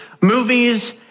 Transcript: movies